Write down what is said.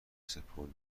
سپردی